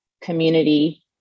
community